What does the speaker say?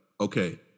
okay